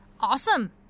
Awesome